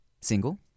single